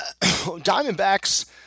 Diamondbacks